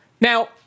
Now